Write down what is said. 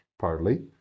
partly